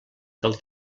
del